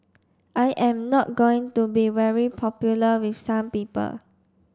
I am not going to be very popular with some people